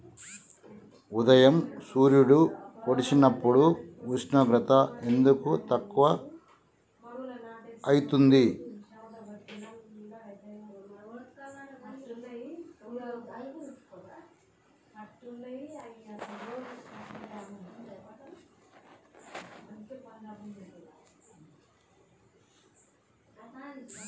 ఉదయం సూర్యుడు పొడిసినప్పుడు ఉష్ణోగ్రత ఎందుకు తక్కువ ఐతుంది?